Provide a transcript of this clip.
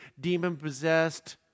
demon-possessed